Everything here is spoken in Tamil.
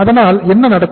அதனால் என்ன நடக்கும்